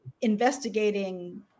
investigating